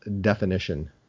definition